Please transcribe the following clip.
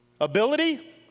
ability